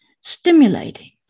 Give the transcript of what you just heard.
stimulating